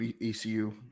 ECU